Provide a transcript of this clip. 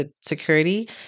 security